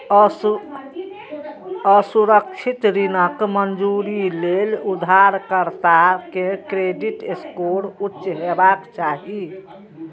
असुरक्षित ऋणक मंजूरी लेल उधारकर्ता के क्रेडिट स्कोर उच्च हेबाक चाही